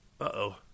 Uh-oh